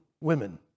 women